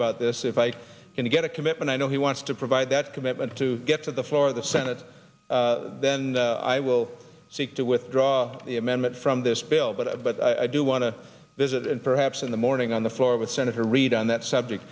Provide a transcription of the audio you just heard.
about this if i can get a commitment i know he wants to provide that commitment to get to the floor of the senate then i will seek to withdraw the amendment from this bill but i but i do want to visit and perhaps in the morning on the floor with senator reid on that subject